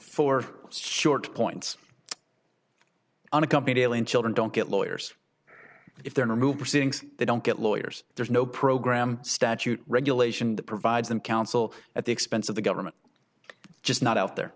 for short points on a company deal and children don't get lawyers if they're removed proceedings they don't get lawyers there's no program statute regulation that provides them counsel at the expense of the government just not out there